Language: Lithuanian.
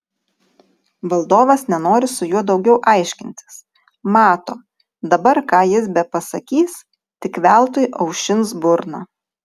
valdovas nenori su juo daugiau aiškintis mato dabar ką jis bepasakys tik veltui aušins burną